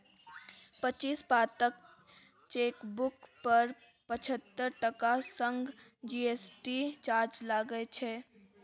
पच्चीस पातक चेकबुक पर पचहत्तर टका संग जी.एस.टी चार्ज लागय छै